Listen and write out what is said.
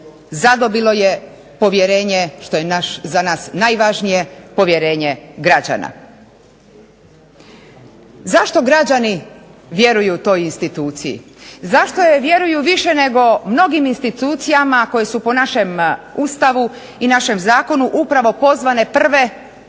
zadobivalo je povjerenje što je za nas najvažnije, povjerenje građana. Zašto građani vjeruju toj instituciji? Zašto joj vjeruju više nego mnogim institucijama koje su po našem Ustavu i našem zakonu upravo pozvane prve